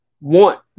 want